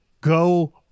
go